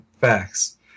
facts